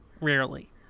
rarely